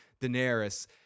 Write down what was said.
Daenerys